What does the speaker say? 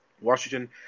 Washington